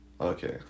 Okay